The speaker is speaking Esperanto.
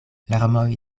larmoj